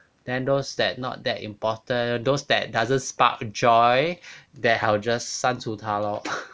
then those that not that important those that doesn't spark joy that I will just 删除他咯